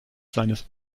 seines